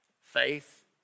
Faith